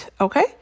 okay